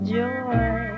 joy